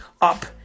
up